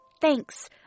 Thanks